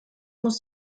muss